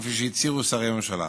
כפי שהצהירו שרי הממשלה.